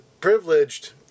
privileged